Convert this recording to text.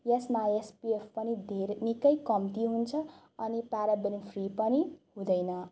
यसमा एसपिएफ पनि धेरै निकै कम्ती हुन्छ अनि प्याराबेनी फ्री पनि हुँदैन